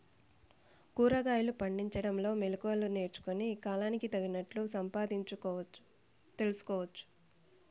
కూరగాయలు పండించడంలో మెళకువలు నేర్చుకుని, కాలానికి తగినట్లు సంపాదించు తెలుసుకోవచ్చు